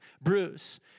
Bruce